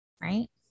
Right